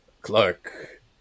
Clark